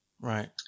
Right